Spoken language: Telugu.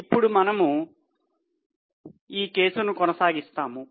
ఇప్పుడు మనము కేసును కొనసాగిస్తాము